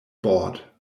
board